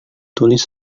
tulis